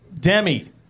Demi